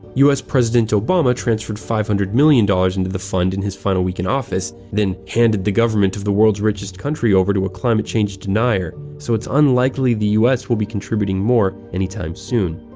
us president obama transferred five hundred million dollars into the fund in his final week in office, then handed the government of the world's richest country over to a climate change denier, so it's unlikely the us will be contributing more any time soon.